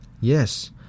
Yes